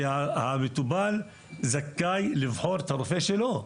שהמטופל זכאי לבחור את הרופא שלו.